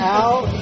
out